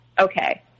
Okay